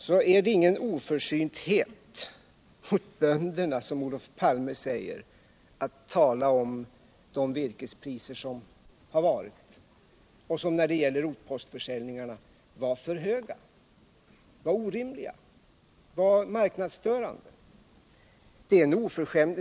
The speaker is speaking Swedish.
Det är ingen oförsynthet mot bönderna, som Olof Palme säger, att tala om de virkespriser som har gällt och som i fråga om rotpostförsäljningarna var för höga, orimliga och marknadsstörande.